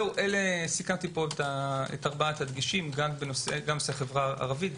אלה ארבעת הדגשים: גם בנושא החברה הערבית,